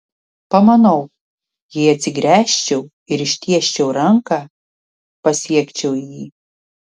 pamanau jei atsigręžčiau ir ištiesčiau ranką pasiekčiau jį